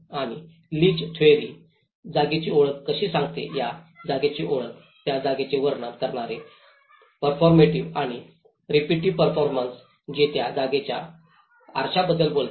आणि Leach theory जागेची ओळख कशी सांगते त्या जागेची ओळख त्या जागेचे वर्णन करणारे परफॉर्मेटिव्ह आणि रिपीटिव्ह परफॉरमेंस जे त्या जागेच्या आरशाबद्दल बोलतात